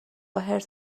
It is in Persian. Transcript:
حرص